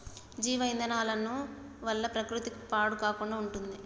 జీవ ఇంధనాల వల్ల ప్రకృతి పాడు కాకుండా ఉంటుంది